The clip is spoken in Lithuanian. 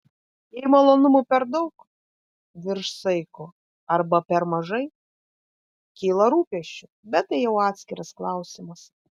jei malonumų per daug virš saiko arba per mažai kyla rūpesčių bet tai jau atskiras klausimas